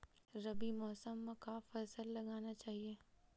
रबी मौसम म का फसल लगाना चहिए?